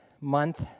month